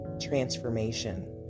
transformation